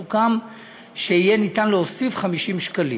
סוכם שיהיה אפשר להוסיף 50 שקלים.